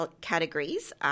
categories